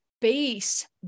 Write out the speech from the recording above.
base